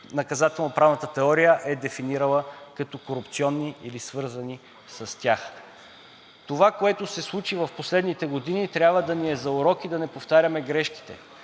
наказателноправната теория е дефинирала като корупционни или свързани с тях. Това, което се случи в последните години, трябва да ни е за урок и да не повтаряме грешките.